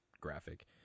graphic